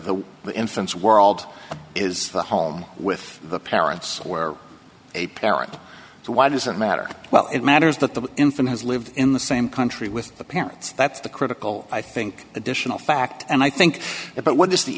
the infants world is the home with the parents or a parent so why does it matter well it matters that the infant has lived in the same country with the parents that's the critical i think additional fact and i think it but what is the